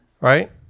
right